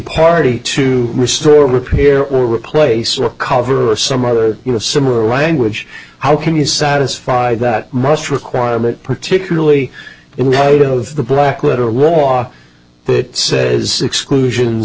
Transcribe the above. party to restore repair or replace or cover or some other you have similar language how can you satisfied that must require but particularly in light of the black letter law that says exclusion